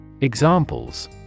Examples